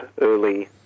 early